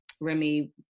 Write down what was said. Remy